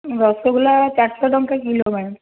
ରସଗୋଲା ଚାରି ଶହ ଟଙ୍କା କିଲୋ ମ୍ୟାମ୍